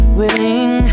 willing